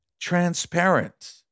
transparent